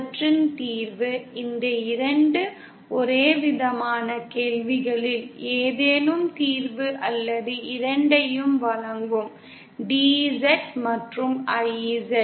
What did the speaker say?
இவற்றின் தீர்வு இந்த 2 ஒரேவிதமான கேள்விகளில் ஏதேனும் தீர்வு அல்லது இரண்டையும் வழங்கும் DZ மற்றும் IZ